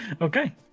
Okay